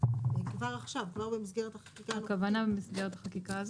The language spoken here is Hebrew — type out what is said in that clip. כבר עכשיו, כבר במסגרת החקיקה הנוכחית.